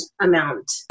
amount